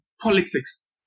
politics